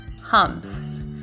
humps